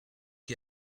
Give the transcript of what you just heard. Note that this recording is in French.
qui